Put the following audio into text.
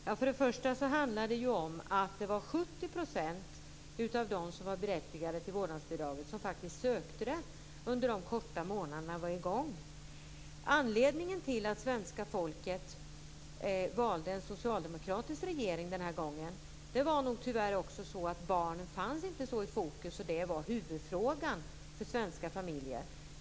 Herr talman! För det första handlar det om att det var 70 % av dem som var berättigade till vårdnadsbidrag som ansökte om det under den korta period som det var aktuellt. Anledningen till att svenska folket valde en socialdemokratisk regering förra gången var nog tyvärr att barnen inte stod så mycket i fokus och inte var huvudfrågan för svenska familjer.